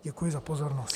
Děkuji za pozornost.